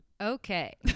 okay